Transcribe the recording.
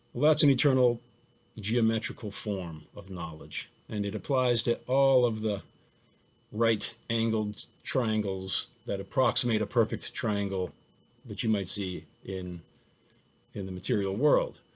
that's an eternal geometrical form of knowledge. and it applies to all of the right angled triangles that approximate a perfect triangle that you might see in in the material world.